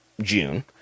June